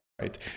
right